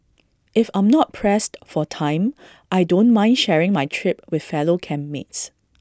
if I'm not pressed for time I don't mind sharing my trip with fellow camp mates